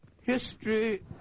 History